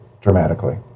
dramatically